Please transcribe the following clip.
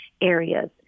areas